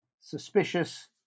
suspicious